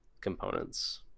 components